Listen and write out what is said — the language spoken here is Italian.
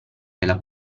della